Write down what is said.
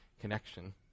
connection